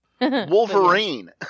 wolverine